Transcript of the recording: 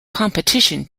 competition